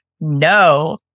No